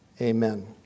Amen